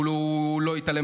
הוא לא התעלם